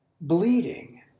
bleeding